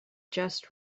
just